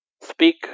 Speak